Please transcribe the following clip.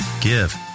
Give